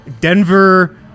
Denver